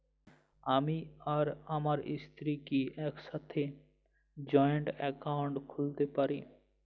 আমি আর আমার স্ত্রী কি একসাথে জয়েন্ট অ্যাকাউন্ট খুলতে পারি?